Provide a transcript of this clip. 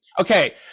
okay